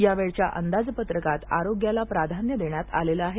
यावेळच्या अंदाजपत्रकात आरोग्याला प्राधान्य देण्यात आलेला आहे